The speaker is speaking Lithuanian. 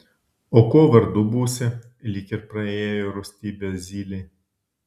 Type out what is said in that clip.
o kuo vardu būsi lyg ir praėjo rūstybė zylei